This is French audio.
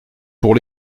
pour